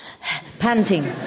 panting